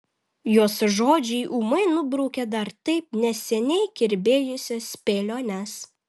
jos žodžiai ūmai nubraukia dar taip neseniai kirbėjusias spėliones